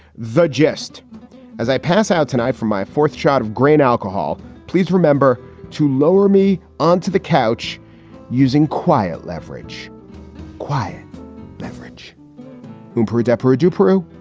the jest as i pass out tonight for my fourth shot of grain alcohol, please remember to lower me onto the couch using quiet leverage quiet beverage room per adepero du peru.